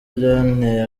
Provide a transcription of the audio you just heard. byanteye